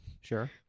Sure